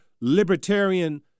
libertarian